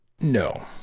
No